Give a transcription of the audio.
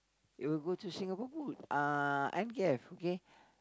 it will go to Singapore-Pools uh N_K_F okay